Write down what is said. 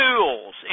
tools